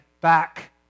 back